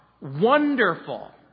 wonderful